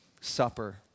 Supper